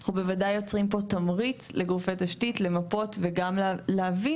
אנחנו בוודאי יוצרים פה תמריץ לגופי תשתית למפות וגם להבין